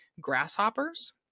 grasshoppers